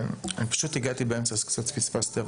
הגעתי באמצע, אז קצת פספסתי.